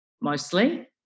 mostly